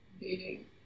dating